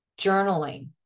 journaling